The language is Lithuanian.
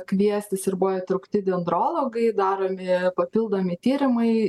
kviestis ir buvo įtraukti dendrologai daromi papildomi tyrimai